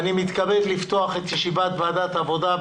אני מתכבד לפתוח את ישיבת ועדת העבודה,